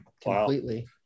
completely